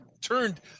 turned